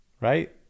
right